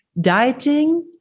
dieting